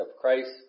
Christ